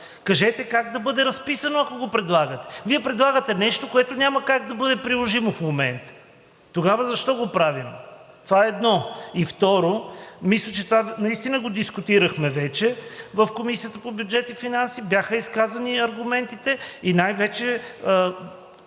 Кажете как да бъде разписано, ако го предлагате? Вие предлагате нещо, което няма как да бъде приложимо в момента. Тогава защо го правим? Това, едно. И второ, мисля, че това наистина го дискутирахме в Комисията по бюджет и финанси, бяха изказани аргументите и най-вече